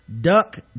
Duck